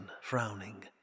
frowning